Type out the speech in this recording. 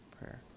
prayer